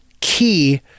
key